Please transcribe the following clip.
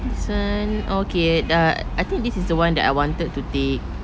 this [one] oh okay dah I think this is the [one] that I wanted to take